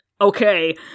okay